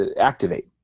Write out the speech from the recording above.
activate